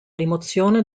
rimozione